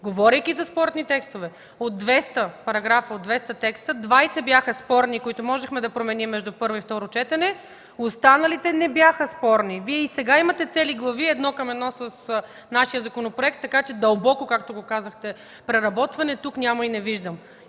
Говорейки за спорни текстове, от 200 текста 20 бяха спорни, които можехме да променим между първо и второ четене, останалите не бяха спорни. Вие и сега имате цели глави едно към едно с нашия законопроект, така че дълбоко, както казахте, преработване тук няма и не виждам.